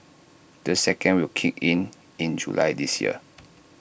the second will kick in in July this year